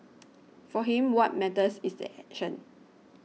for him what matters is the action